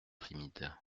timide